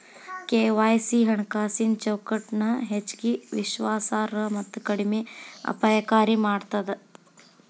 KYC ಹಣಕಾಸಿನ್ ಚೌಕಟ್ಟನ ಹೆಚ್ಚಗಿ ವಿಶ್ವಾಸಾರ್ಹ ಮತ್ತ ಕಡಿಮೆ ಅಪಾಯಕಾರಿ ಮಾಡ್ತದ